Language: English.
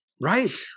Right